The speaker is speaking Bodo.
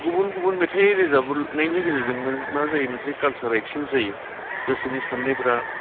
गुबुन गुबुन मेथाइ रोजाबनायनि गेजेरजों मा जायो मोनसे कालचार एक्सचेन्स जायो गोसोनि साननायफोरा